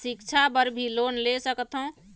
सिक्छा बर भी लोन ले सकथों?